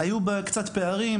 היו קצת פערים.